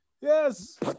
Yes